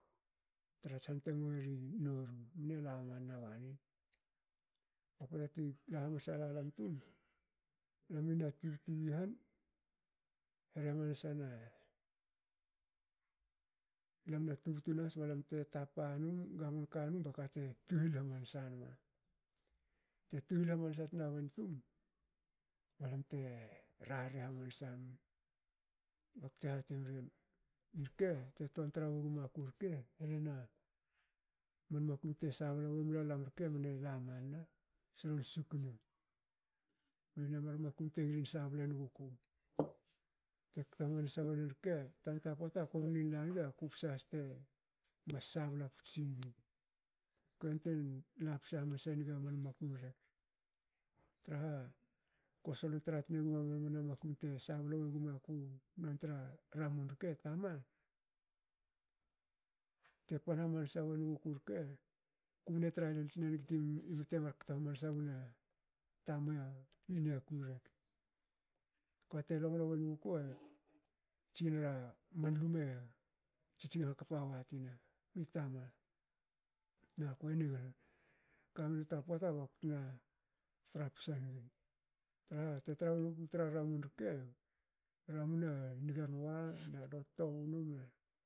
Trats han te gomeri noru mne lamanna bani. A pota tila hamansa lalam tum. lami la na tubtu wi han rehe hamansa na lam na tubtu nahas balam te tapa num gamonka num bakate tuhil hamansa nama. Te tuhil hamansa tna wen tum balmte te rarre hamansa num bakte hati mregen irke te ton tra ogmaku rke- herena man makum te sabla emla lam rke. mne lamnanna solon susukna nona mar makum te ngilin sablen guku. te kto hamansa wonen rke tanta pota ko ngilin lanigi kupsa has te mas sabla puts sinig. kue antuen lapsa hamnasenig aman makum traha ko solon tra tnegma ba nona man makum te sabla wogmaku nontra ramun irke tama. Te pan hamansa wonugu rke kumne tra lo tne nig te mar kto wna tama i niaku rek- kba te longlo wenguku tsinra man lme tsitsing hakpa watina i tama nakua nigna kamna ta pota baktena tra psa nigi traha tu tra wuku tra ramun rke. ramun a nigan wa nale tobu num